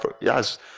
yes